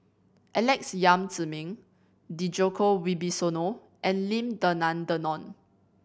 Alex Yam Ziming Djoko Wibisono and Lim Denan Denon